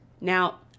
Now